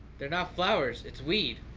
they're not flowers, it's weed.